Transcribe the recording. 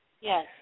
Yes